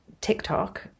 tiktok